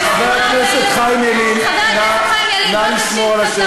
חבר הכנסת חיים ילין, נא לשמור על השקט.